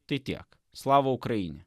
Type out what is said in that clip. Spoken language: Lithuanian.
tai tiek slavų ukrainą